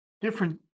different